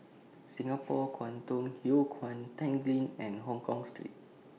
Singapore Kwangtung Hui Kuan Tanglin and Hongkong Street